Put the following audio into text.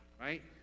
right